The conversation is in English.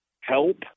help